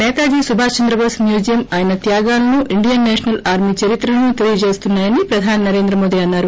Netaji Subhash Chandra Bose museum ఆయన త్యాగాలను Indian National Army చరిత్రను తెలియజేస్తున్నాయని ప్రధాని నరేంద్ర మోదీ అన్నారు